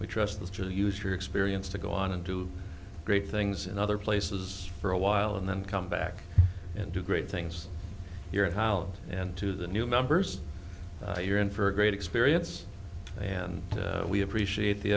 we trust us to use your experience to go on and do great things in other places for a while and then come back and do great things here at holland and to the new members you're in for a great experience and we appreciate the